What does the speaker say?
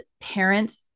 parents